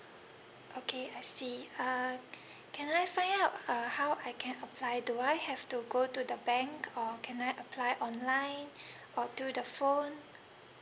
okay I see uh can I find out uh how I can apply do I have to go to the bank or can I apply online or through the phone